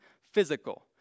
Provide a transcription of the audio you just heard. physical